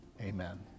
Amen